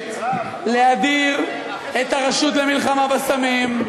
מתביישת להדיר את הרשות למלחמה בסמים,